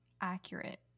Accurate